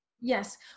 Yes